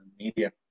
media